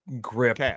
grip